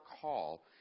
call